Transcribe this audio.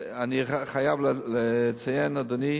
אני חייב לציין, אדוני,